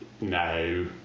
no